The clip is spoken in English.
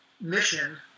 mission